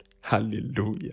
Hallelujah